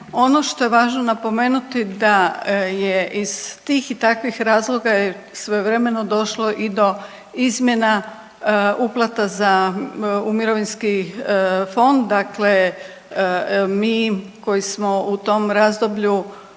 Ono što je važno napomenuti da je iz tih i takvih razloga je svojevremeno došlo i do izmjena uplata u mirovinski fond. Dakle, mi koji smo u tom razdoblju